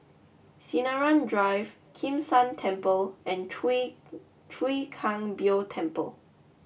Sinaran Drive Kim San Temple and Chwee Chwee Kang Beo Temple